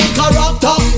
character